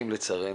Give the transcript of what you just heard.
לא.